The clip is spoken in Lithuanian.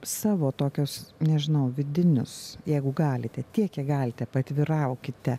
savo tokius nežinau vidinius jeigu galite tiek kiek galite paatviraukite